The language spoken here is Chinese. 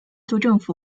政府